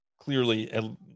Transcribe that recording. clearly